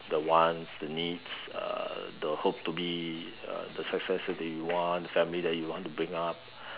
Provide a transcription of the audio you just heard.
the wants the needs uh the hopes to be uh the successes that you want the family that you want to bring up